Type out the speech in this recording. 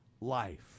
life